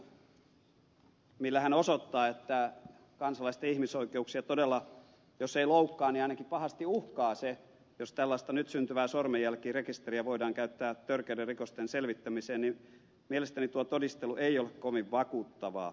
södermanin todistelu millä hän osoittaa että kansalaisten ihmisoikeuksia todella jos ei loukkaa niin ainakin pahasti uhkaa se jos tällaista nyt syntyvää sormenjälkirekisteriä voidaan käyttää törkeiden rikosten selvittämiseen ei ollut kovin vakuuttavaa